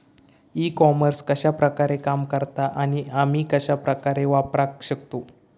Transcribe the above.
E commerce कश्या प्रकारे काम करता आणि आमी कश्या प्रकारे वापराक शकतू?